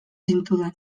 zintudan